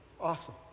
awesome